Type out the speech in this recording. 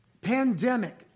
pandemic